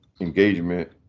engagement